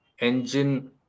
engine